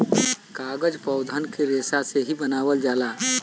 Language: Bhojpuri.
कागज पौधन के रेसा से ही बनावल जाला